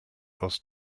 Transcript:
aus